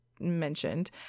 mentioned